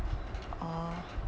oh